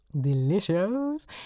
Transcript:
delicious